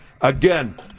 again